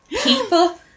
people